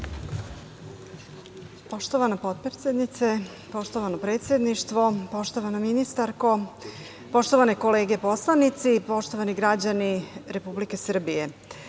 Poštovana potpredsednice, poštovana ministarko, poštovane kolege poslanici, poštovani građani Republike Srbije,